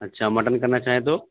اچھا مٹن کرنا چاہیں تو